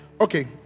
Okay